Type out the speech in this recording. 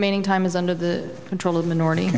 remaining time is under the control of minorit